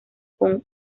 con